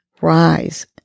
rise